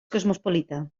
cosmopolita